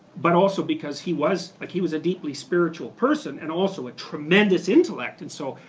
but also because he was like he was a deeply spiritual person and also a tremendous intellect. and so,